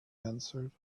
answered